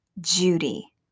Judy